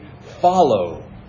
follow